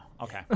Okay